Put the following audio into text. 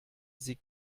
sie